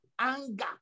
Anger